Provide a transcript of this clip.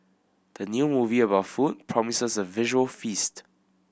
the new movie about food promises a visual feast